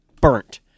burnt